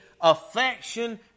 affection